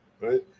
right